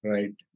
Right